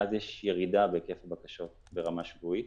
מאז יש ירידה בהיקף הבקשות ברמה שבועית,